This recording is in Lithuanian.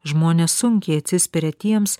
žmonės sunkiai atsispiria tiems